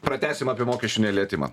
pratęsim apie mokesčių nelietimą